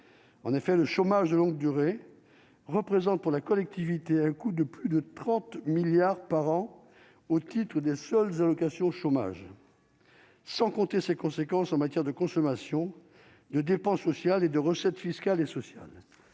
en effet, le chômage de longue durée représentent pour la collectivité, un coût de plus de 30 milliards par an au titre ou des sols, des allocations chômage. Sans compter ses conséquences en matière de consommation de dépenses sociales et de recettes fiscales et sociales